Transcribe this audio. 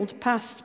past